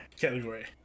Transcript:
category